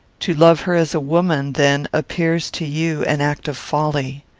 to love her as a woman, then, appears to you an act of folly.